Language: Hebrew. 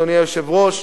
אדוני היושב-ראש,